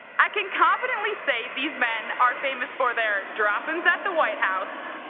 i can confidently say these men are famous for their drop ins at the white house,